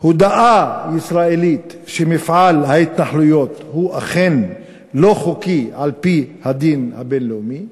הודאה ישראלית שמפעל ההתנחלויות הוא אכן לא חוקי על-פי הדין הבין-לאומי,